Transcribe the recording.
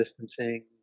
distancing